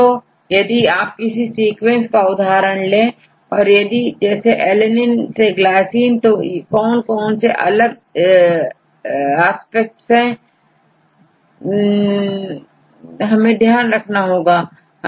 तो यदि आप किसी सीक्वेंस का उदाहरण लें जैसे यदिalanine से glycine तो कौन कौन से अलग स्पेक्ट हमें ध्यान रखना होंगे